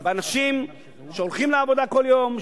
באנשים שהולכים לעבודה כל יום,